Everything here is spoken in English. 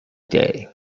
day